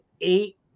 eight